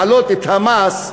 להעלות את המס,